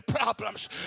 problems